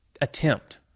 attempt